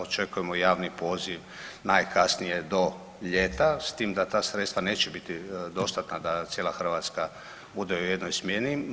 Očekujemo javni poziv najkasnije do ljeta s tim da ta sredstva neće biti dostatna da cijela Hrvatska bude u jednoj smjeni.